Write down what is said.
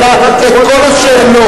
שאלה את כל השאלות.